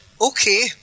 okay